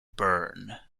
burn